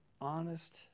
honest